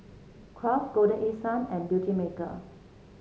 Kraft Golden East Sun and Beautymaker